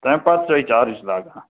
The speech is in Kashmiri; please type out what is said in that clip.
تمہِ پتہٕ چھِ أسۍ چارٕج لاگان